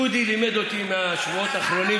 דודי לימד אותי בשבועות האחרונים,